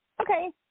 Okay